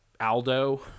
Aldo